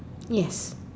yes